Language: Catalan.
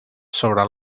sobre